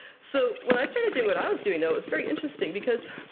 so when i started doing what i was doing, though, it was very interesting. because